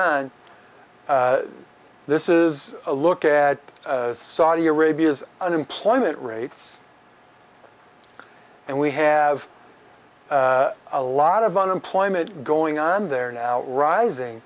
on and this is a look at saudi arabia's unemployment rates and we have a lot of unemployment going on there now rising